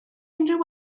unrhyw